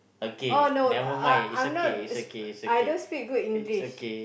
oh no I I am not I don't speak good English